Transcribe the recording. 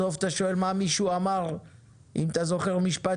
בסוף אתה שואל מה מישהו אמר ואם אתה זוכר משפט